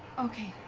okay.